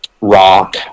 rock